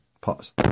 Pause